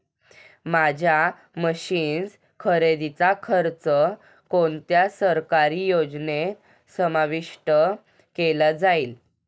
माझ्या मशीन्स खरेदीचा खर्च कोणत्या सरकारी योजनेत समाविष्ट केला जाईल?